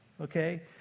okay